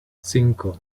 cinco